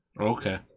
Okay